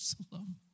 Jerusalem